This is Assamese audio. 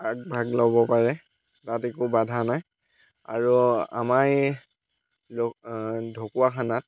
আগভাগ ল'ব পাৰে তাত একো বাধা নাই আৰু আমাৰ এই ঢকুৱাখানাত